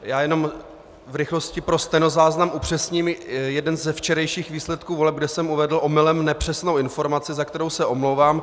Já jenom v rychlosti pro stenozáznam upřesním jeden ze včerejších výsledků voleb, kde jsem uvedl omylem nepřesnou informaci, za kterou se omlouvám.